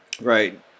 right